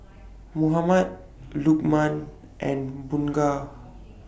Muhammad Lokman and Bunga